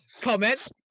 comment